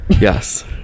Yes